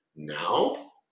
Now